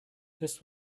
this